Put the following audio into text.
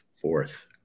Fourth